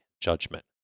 judgment